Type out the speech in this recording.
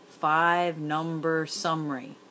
five-number-summary